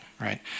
Right